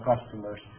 customers